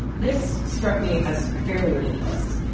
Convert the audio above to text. this struck me as fairly ridiculous.